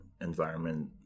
environment